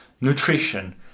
nutrition